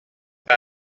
par